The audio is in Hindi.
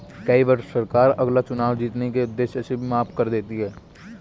कई बार सरकार अगला चुनाव जीतने के उद्देश्य से भी कर माफ कर देती है